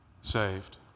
saved